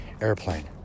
airplane